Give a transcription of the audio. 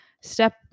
step